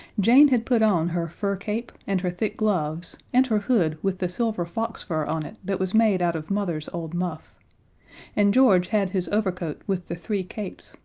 jane had put on her fur cape and her thick gloves, and her hood with the silver fox fur on it that was made out of mother's old muff and george had his overcoat with the three capes,